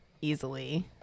easily